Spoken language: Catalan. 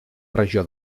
regió